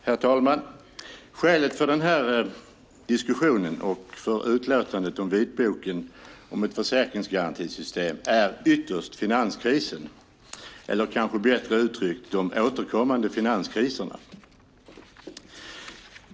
Herr talman! Skälet till den här diskussionen och för utlåtandet om vitboken om ett försäkringsgarantisystem är ytterst finanskrisen, eller kanske bättre uttryckt de återkommande finanskriserna.